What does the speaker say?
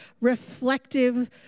reflective